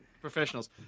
professionals